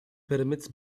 pyramids